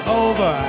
over